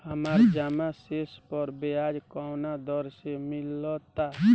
हमार जमा शेष पर ब्याज कवना दर से मिल ता?